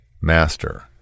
Master